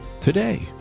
today